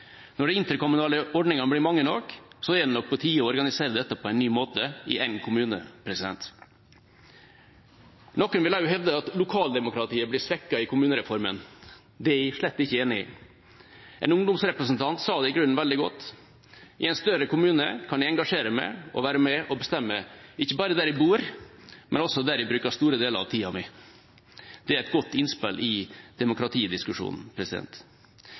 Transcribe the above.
Når de interkommunale ordningene blir mange nok, er det på tide å organisere dette på en ny måte, i én kommune. Noen vil også hevde at lokaldemokratiet blir svekket i kommunereformen. Det er jeg slett ikke enig i. En ungdomsrepresentant sa det i grunnen veldig godt: I en større kommune kan jeg engasjere meg og være med og bestemme, ikke bare der jeg bor, men også der jeg bruker store deler av tida mi. Det er et godt innspill i demokratidiskusjonen.